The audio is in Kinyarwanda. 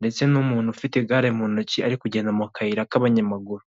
ndetse n'umuntu ufite igare mu ntoki ari kugenda mu kayira k'abanyamaguru.